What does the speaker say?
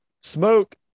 Smoke